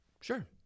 sure